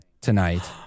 tonight